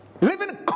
living